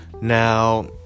Now